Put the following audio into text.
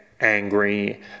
angry